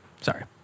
Sorry